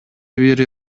бири